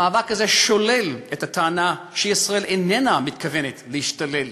המאבק הזה שולל את הטענה שישראל איננה מתכוונת להשתלט